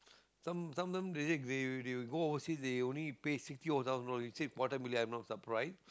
some sometimes they go overseas they only pay sixty over thousand dollars you say million I'm not surprised